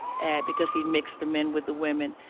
because he mixed them in with the women.